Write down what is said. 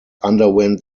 underwent